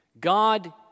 God